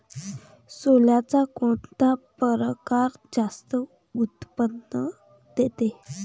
सोल्याचा कोनता परकार जास्त उत्पन्न देते?